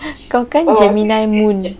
kau kan gemini moon